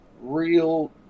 real